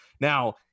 Now